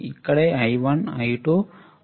ఇక్కడే I1 I2 అవుతుంది